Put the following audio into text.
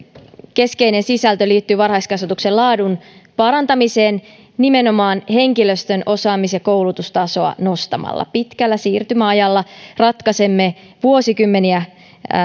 keskeinen sisältö liittyy varhaiskasvatuksen laadun parantamiseen nimenomaan henkilöstön osaamis ja koulutustasoa nostamalla pitkällä siirtymäajalla ratkaisemme vuosikymmeniä